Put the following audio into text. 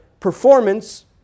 Performance